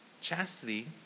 Chastity